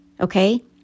Okay